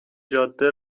جاده